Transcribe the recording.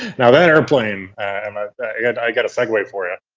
now that airplane, um i've got a segue for you,